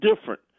different